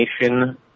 Nation